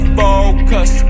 focus